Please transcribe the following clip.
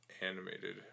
animated